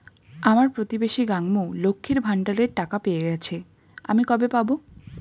আমার প্রতিবেশী গাঙ্মু, লক্ষ্মীর ভান্ডারের টাকা পেয়ে গেছে, আমি কবে পাব?